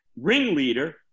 ringleader